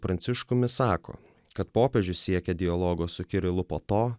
prancišku misako kad popiežius siekė dialogo su kirilu po to